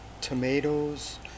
tomatoes